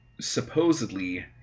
supposedly